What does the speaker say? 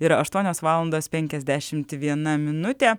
yra aštuonios valandos penkiasdešimt viena minutė